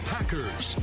Packers